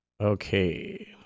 Okay